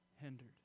hindered